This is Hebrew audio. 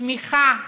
תמיכה מא'